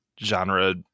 genre